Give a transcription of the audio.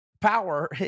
Power